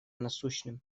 насущным